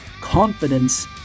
confidence